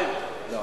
כן.